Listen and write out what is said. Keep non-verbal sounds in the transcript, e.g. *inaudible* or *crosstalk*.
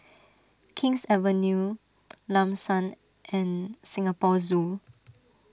King's Avenue *noise* Lam San and Singapore Zoo